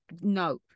no